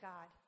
God